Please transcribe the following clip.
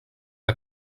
que